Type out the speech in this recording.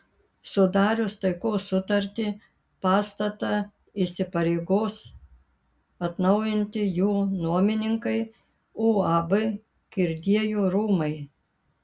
sudarius taikos sutartį pastatą įsipareigos atnaujinti jų nuomininkai uab kirdiejų rūmai